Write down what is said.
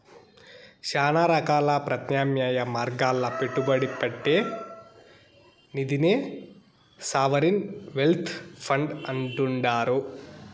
శానా రకాల ప్రత్యామ్నాయ మార్గాల్ల పెట్టుబడి పెట్టే నిదినే సావరిన్ వెల్త్ ఫండ్ అంటుండారు